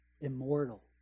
immortal